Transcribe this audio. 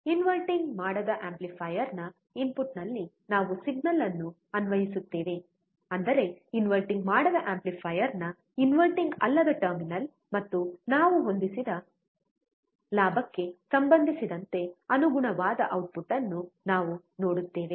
inverting ಮಾಡದ ಆಂಪ್ಲಿಫೈಯರ್ನ ಇನ್ಪುಟ್ನಲ್ಲಿ ನಾವು ಸಿಗ್ನಲ್ ಅನ್ನು ಅನ್ವಯಿಸುತ್ತೇವೆ ಅಂದರೆ ಇನ್ವರ್ಟಿಂಗ್ ಮಾಡದ ಆಂಪ್ಲಿಫೈಯರ್ನ ಇನ್ವರ್ಟಿಂಗ್ ಅಲ್ಲದ ಟರ್ಮಿನಲ್ ಮತ್ತು ನಾವು ಹೊಂದಿಸಿದ ಲಾಭಕ್ಕೆ ಸಂಬಂಧಿಸಿದಂತೆ ಅನುಗುಣವಾದ ಔಟ್ಪುಟ್ ಅನ್ನು ನಾವು ನೋಡುತ್ತೇವೆ